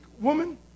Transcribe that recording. woman